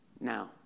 Now